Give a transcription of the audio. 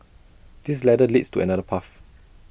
this ladder leads to another path